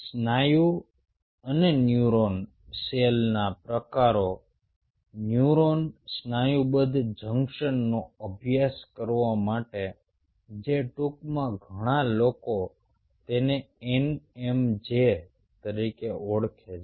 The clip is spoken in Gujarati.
સ્નાયુ અને ન્યુરોન સેલના પ્રકારો ન્યુરો સ્નાયુબદ્ધ જંકશનનો અભ્યાસ કરવા માટે જે ટૂંકમાં ઘણા લોકો તેને NMJ તરીકે ઓળખે છે